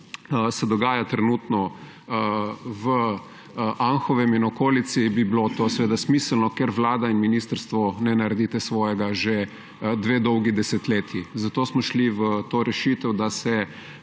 se dogaja trenutno v Anhovem in okolici, bi bilo to seveda smiselno, ker Vlada in ministrstvo ne naredita svojega že dve dolgi desetletji. Zato smo šli v to rešitev, da se